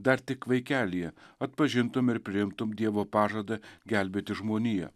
dar tik vaikelyje atpažintum ir priimtum dievo pažadą gelbėti žmoniją